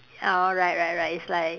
oh right right right it's like